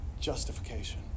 justification